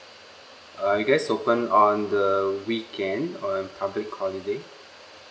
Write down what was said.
err I guess open on the weekend or on public holiday